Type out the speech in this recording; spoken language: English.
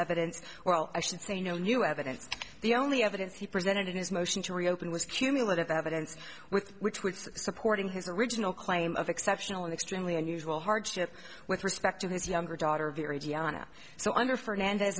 evidence well i should say no new evidence the only evidence he presented in his motion to reopen was cumulative evidence with which was supporting his original claim of exceptional and extremely unusual hardship with respect to his younger daughter very giana so under fernandez